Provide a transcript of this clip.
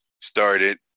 started